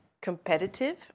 competitive